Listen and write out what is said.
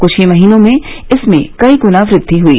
कुछ ही महीनों में इसमें कई गुना वृद्वि हुई